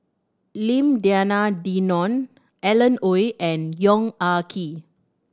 Lim Denan Denon Alan Oei and Yong Ah Kee